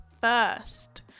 first